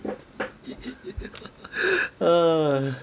uh